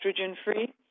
estrogen-free